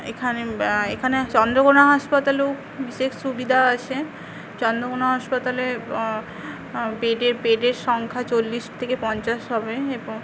এখান এখানে চন্দ্রকোনা হাসপাতালেও বিশেষ সুবিধা আছে চন্দ্রকোনা হাসপাতালে বেডের বেডের সংখ্য়া চল্লিশ থেকে পঞ্চাশ হবে এবং